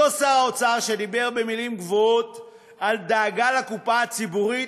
אותו שר אוצר שדיבר במילים גבוהות על דאגה לקופה הציבורית,